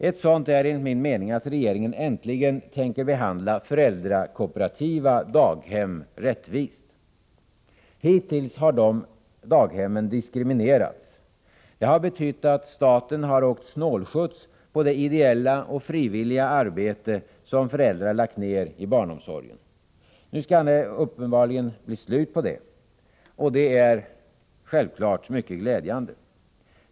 Ett sådant är, enligt min mening, att regeringen äntligen tänker behandla föräldrakooperativa daghem rättvist. Hittills har de daghemmen diskriminerats. Det har betytt att staten har åkt snålskjuts på det ideella och frivilliga arbete som föräldrar har lagt ner i barnomsorgen. Nu skall det uppenbarligen bli slut på detta. Det är självfallet mycket glädjande.